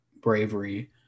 bravery